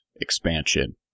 expansion